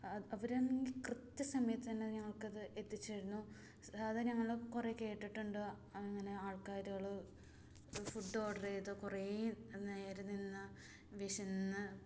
അവർ ആണെങ്കിൽ കൃത്യസമയത്തുതന്നെ ഞങ്ങൾക്കത് എത്തിച്ചിരുന്നു അത് ഞങ്ങൾ കുറേ കേട്ടിട്ടുണ്ട് ഇങ്ങനെ ആൾക്കാരുകൾ ഫുഡ് ഓർഡർ ചെയ്ത് കുറേ നേരം നിന്ന് വിശന്ന്